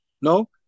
No